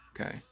okay